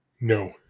No